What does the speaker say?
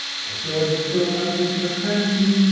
make sure that the fill type is transparency,